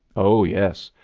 oh, yes!